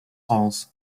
halls